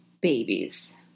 babies